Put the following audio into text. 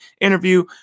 interview